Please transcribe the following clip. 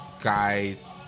guys